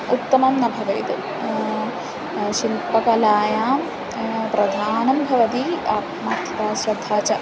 उत्तमं न भवेत् शिल्पकलायां प्रधानं भवति आत्मर्थता श्रद्धा च